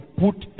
put